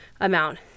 amount